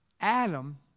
Adam